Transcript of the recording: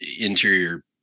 interior